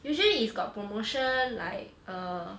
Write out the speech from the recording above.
usually if got promotion like err